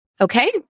Okay